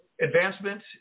advancement